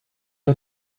are